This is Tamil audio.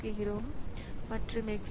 நவீன கணினி அமைப்புகள் இதைப் போல் இருக்கும்